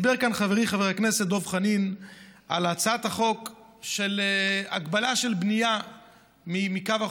דיבר כאן חברי חבר הכנסת דב חנין על הצעת החוק להגבלת הבנייה בקו החוף,